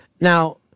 Now